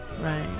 right